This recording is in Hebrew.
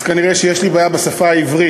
אז כנראה שיש לי בעיה בשפה העברית.